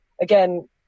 again